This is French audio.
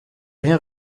rien